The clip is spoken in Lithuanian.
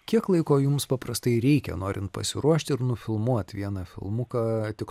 kiek laiko jums paprastai reikia norint pasiruošti ir nufilmuot vieną filmuką tik